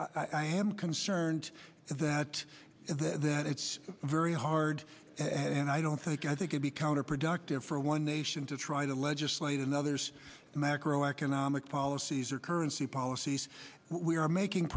i am concerned that that it's very hard and i don't think i think would be counterproductive for one nation to try to legislate another's macroeconomic policies or currency policies we are making